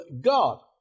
God